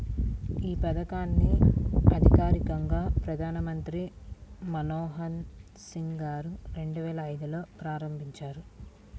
యీ పథకాన్ని అధికారికంగా ప్రధానమంత్రి మన్మోహన్ సింగ్ గారు రెండువేల ఐదులో ప్రారంభించారు